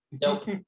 Nope